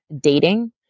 dating